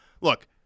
look